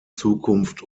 zukunft